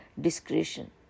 discretion